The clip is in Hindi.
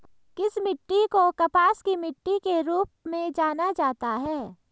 किस मिट्टी को कपास की मिट्टी के रूप में जाना जाता है?